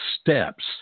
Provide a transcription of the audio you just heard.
steps